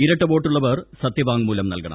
ഇരട്ടവോട്ടുള്ളവർ സത്യവാങ്മൂലം നൽകണം